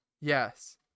Yes